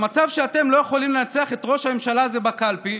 במצב שאתם לא יכולים לנצח את ראש הממשלה הזה בקלפי,